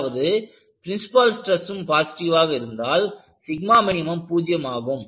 அதாவது பிரின்சிபால் ஸ்ட்ரெஸ்ஸும் பாசிட்டிவ் ஆக இருந்தால் min பூஜ்யம் ஆகும்